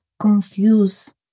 confused